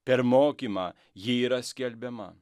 per mokymą ji yra skelbiama